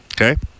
Okay